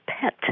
pet